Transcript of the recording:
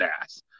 ass